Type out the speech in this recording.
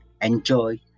enjoy